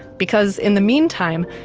because in the meantime,